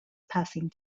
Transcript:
passing